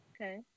Okay